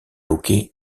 hockey